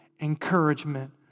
encouragement